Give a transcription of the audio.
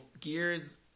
Gears